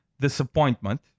disappointment